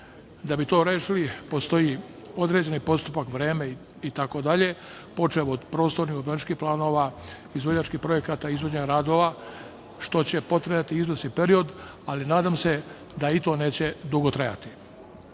da bi to rešili, postoji određeni postupak, vreme itd, počev od prostornih, urbanističkih planova, izvođačkih projekata izvođenja radova, što će potrajati izvesni period, ali nadam se da i to neće dugo trajati,